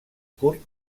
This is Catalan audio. curt